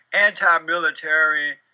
anti-military